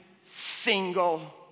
single